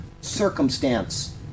circumstance